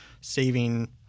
saving